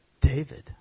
David